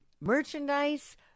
Merchandise